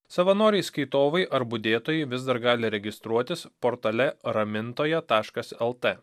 savanoriai skaitovai ar budėtojai vis dar gali registruotis portale ramintoja taškas lt